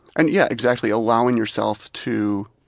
and, yeah, exactly, allowing yourself to